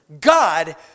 God